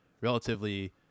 relatively